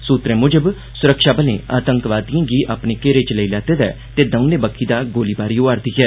सूत्रें मुजब सुरक्षाबलें आतंकवादिएं गी अपने घेरे च लेई लैते दा ऐ ते दौने बक्खी दा गोलीबारी होआ'रदी ऐ